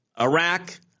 iraq